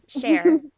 share